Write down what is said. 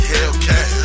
Hellcat